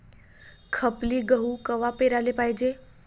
खपली गहू कवा पेराले पायजे?